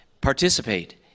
participate